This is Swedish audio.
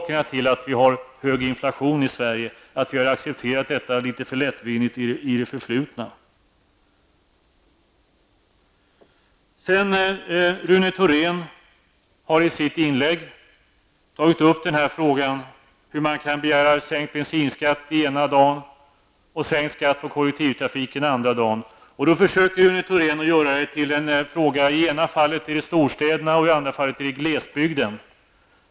Det är en av orsakerna till att inflationen i Sverige är hög, att vi har accepterat sådana höjningar litet för lättvindigt i det förflutna. Rune Thorén tog i sitt inlägg upp frågan om hur man kan begära sänkt bensinskatt den ena dagen och sänkt skatt på kollektivtrafik den andra dagen. Rune Thorén försöker förklara detta med att det ena fallet rör storstäderna och det andra glesbygden.